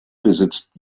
besitzt